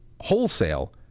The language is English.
wholesale